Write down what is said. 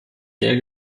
sehr